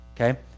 okay